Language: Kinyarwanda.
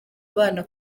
abana